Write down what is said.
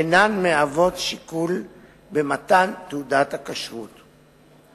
אינן מהוות שיקול במתן תעודת הכשרות.